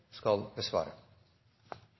skal